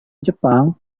jepang